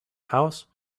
house